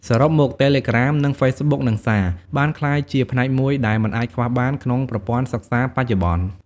សរុបមក តេឡេក្រាម និងហ្វេសបុក និងសារ បានក្លាយជាផ្នែកមួយដែលមិនអាចខ្វះបានក្នុងប្រព័ន្ធសិក្សាបច្ចុប្បន្ន។